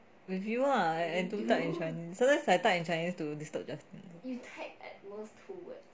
with you lah and two third in chinese sometimes I type in chinese to disturb justin